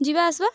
ଯିବା ଆସିବା